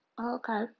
Okay